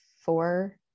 four